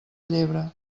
llebre